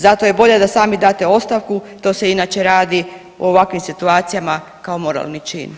Zato je bolje da sami date ostavku, to se inače radi u ovakvim situacijama kao moralni čin.